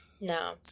no